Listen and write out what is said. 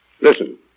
Listen